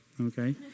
okay